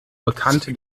bekannte